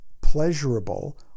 pleasurable